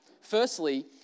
Firstly